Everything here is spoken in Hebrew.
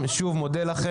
הישיבה נעולה.